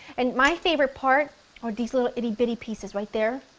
and my favorite part are these little itty bitty pieces right there.